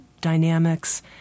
dynamics